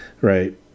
right